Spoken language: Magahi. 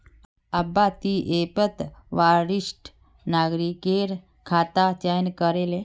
अब्बा ती ऐपत वरिष्ठ नागरिकेर खाता चयन करे ले